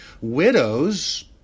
Widows